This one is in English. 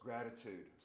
Gratitude